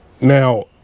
now